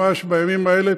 ממש בימים האלה,